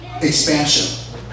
expansion